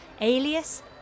alias